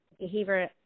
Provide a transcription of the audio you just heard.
behavior